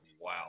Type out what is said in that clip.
wow